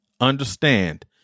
understand